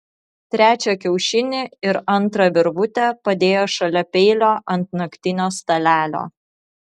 trečią kiaušinį ir antrą virvutę padėjo šalia peilio ant naktinio stalelio